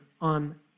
on